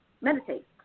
meditate